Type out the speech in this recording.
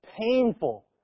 painful